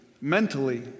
mentally